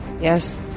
Yes